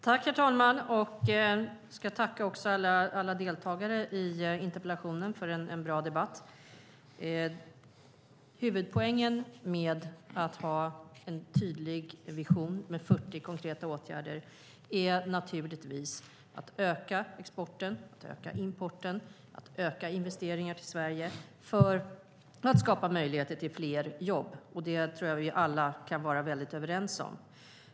Herr talman! Jag vill tacka alla deltagare i interpellationsdebatten för en bra debatt. Huvudpoängen med att ha en tydlig vision med 40 konkreta åtgärder är naturligtvis att öka exporten, öka importen och öka investeringarna i Sverige för att skapa möjligheter till fler jobb. Det tror jag att vi alla kan vara väldigt överens om.